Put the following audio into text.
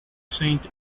saint